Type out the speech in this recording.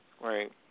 Right